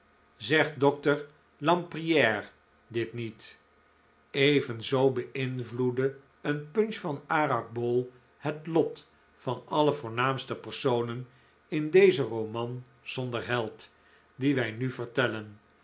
zegt dr lempriere dit niet evenzoo beinvloedde een punch van arak bowl het lot van alle voornaamste personen in dezen roman zonder held dien wij nu vertellen